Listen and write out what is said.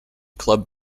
club